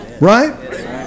right